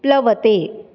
प्लवते